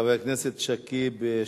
חבר הכנסת שכיב שנאן.